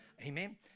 amen